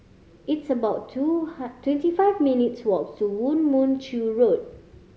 it's about two twenty five minutes' walk to Woo Mon Chew Road